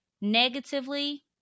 negatively